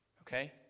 okay